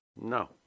No